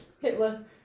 Hitler